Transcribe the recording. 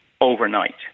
overnight